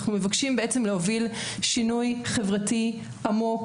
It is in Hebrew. אנחנו מבקשים להוביל שינוי חברתי עמוק